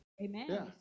Amen